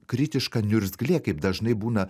kritiška niurzglė kaip dažnai būna